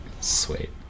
sweet